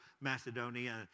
Macedonia